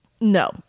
no